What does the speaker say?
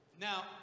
Now